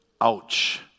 ouch